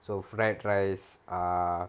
so fried rice err